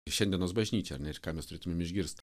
šiandienos bažnyčią ir ką mes turėtumėm išgirst